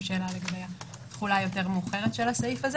שאלה לגבי התחולה המאוחרת יותר של הסעיף הזה